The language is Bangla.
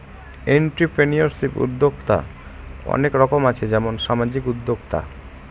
এন্ট্রিপ্রেনিউরশিপ উদ্যক্তা অনেক রকম আছে যেমন সামাজিক উদ্যোক্তা